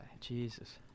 Jesus